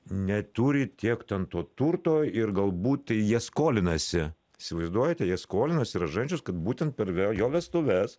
neturi tiek ten to turto ir galbūt jie skolinasi įsivaizduojate jie skolinosi ražančius kad būtent per jo vestuves